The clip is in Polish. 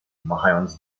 machając